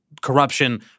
corruption